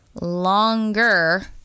longer